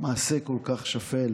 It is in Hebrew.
מעשה כל כך שפל